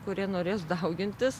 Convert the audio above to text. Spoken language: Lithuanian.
kurie norės daugintis